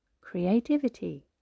creativity